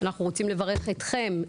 אנחנו רוצים לברך אתכם,